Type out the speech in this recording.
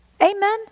Amen